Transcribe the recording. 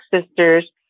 Sisters